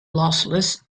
lossless